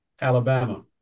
Alabama